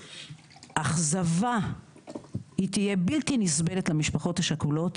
האכזבה תהיה בלתי נסבלת למשפחות השכולות,